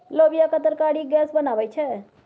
लोबियाक तरकारी गैस बनाबै छै